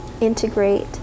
integrate